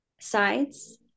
sides